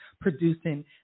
producing